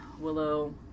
willow